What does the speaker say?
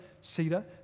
cedar